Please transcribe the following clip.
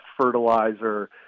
fertilizer